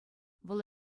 вӑл